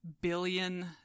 billion